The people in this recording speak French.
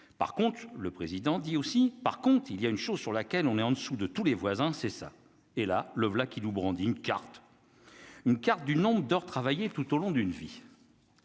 par contre, le président dit aussi, par contre, il y a une chose sur laquelle on est en dessous de tous les voisins c'est ça et là, le voilà qui loue brandit une carte, une carte du nombre d'heures travaillées tout au long d'une vie.